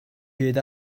hyd